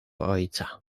ojca